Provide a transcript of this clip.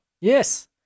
Yes